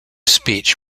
speech